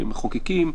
כמחוקקים,